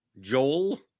Joel